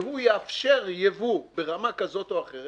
והוא יאפשר ייבוא ברמה כזאת או אחרת